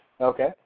Okay